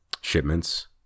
shipments